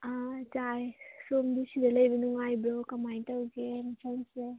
ꯆꯥꯔꯦ ꯁꯣꯝꯗꯤ ꯁꯤꯗ ꯂꯩꯕ ꯅꯨꯡꯉꯥꯏꯕ꯭ꯔꯣ ꯀꯃꯥꯏ ꯇꯧꯒꯦ ꯃꯐꯝꯁꯦ